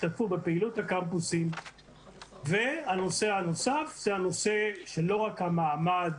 משתתפים בפעילות הקמפוסים והנושא הנוסף הוא לא רק המעמד